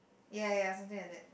ya ya something like that